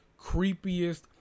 creepiest